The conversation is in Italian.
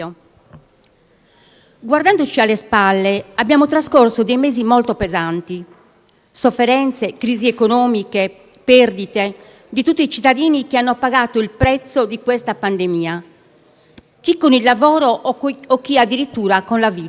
Guardandoci alle spalle, abbiamo trascorso dei mesi molto pesanti sofferenze, crisi economiche, perdite di tutti i cittadini che hanno pagato il prezzo di questa pandemia, chi con il lavoro, chi addirittura con la vita.